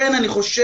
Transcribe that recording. אני יודע